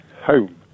home